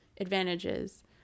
advantages